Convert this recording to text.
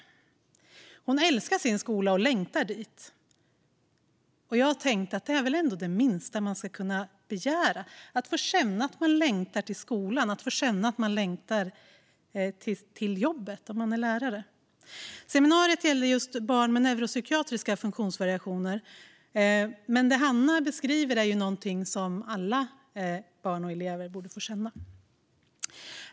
Hon älskar sin skola och längtar dit. Jag tänkte att det är väl ändå det minsta man kan begära - att få känna att man längtar till skolan och få känna att man längtar till jobbet om man är lärare. Seminariet gällde just barn med neuropsykiatriska funktionsvariationer, men det Hanna beskriver är något alla elever borde få känna.